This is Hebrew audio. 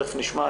תכף נשמע,